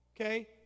Okay